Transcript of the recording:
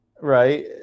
Right